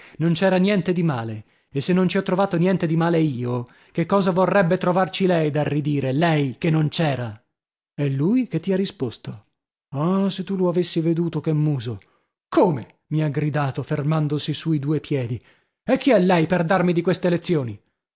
non c'era niente di male e se non ci ho trovato niente di male io che cosa vorrebbe trovarci lei da ridire lei che non c'era e lui che ti ha risposto ah se tu lo avessi veduto che muso come mi ha gridato fermandosi sui due piedi e chi è lei per darmi di queste lezioni